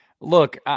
Look